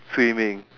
swimming